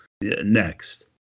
Next